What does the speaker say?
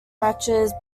matches